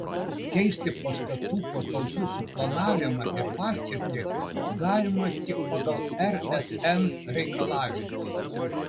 keisti pastatų patalpų suplanavimą ir paskirtį galima tik pagal rsn reikalavimus